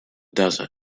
desert